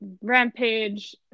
Rampage